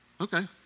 Okay